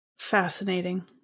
Fascinating